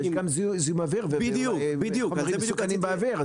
גם זיהום אוויר וחומרים מסוכנים באוויר.